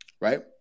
Right